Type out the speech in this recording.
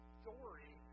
story